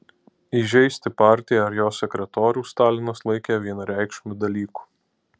įžeisti partiją ar jos sekretorių stalinas laikė vienareikšmiu dalyku